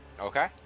okay